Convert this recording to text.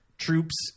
troops